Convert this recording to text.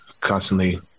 constantly